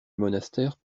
monastère